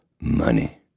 money